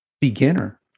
beginner